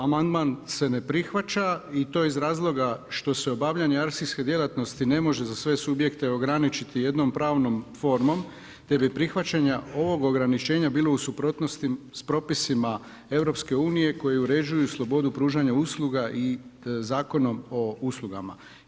Amandman se ne prihvaća i to iz razloga što se obavljanje arhivske djelatnosti ne može se za sve subjekte ograničiti jednom pravnom formom, te bi prihvaćenje ovog ograničenja bilo u suprotnosti s propisima EU koji uređuju slobodu pružanja usluga i Zakonom o uslugama.